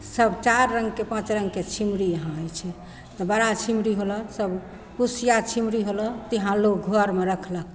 सब चारि रङ्गके पाँच रङ्गके छिमरी यहाँ होइ छै बड़ा छिमरी होलऽ सब कुसिआ छिमरी होलऽ तऽ यहाँ लोक घरमे राखलक